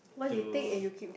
to